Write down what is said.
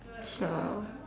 so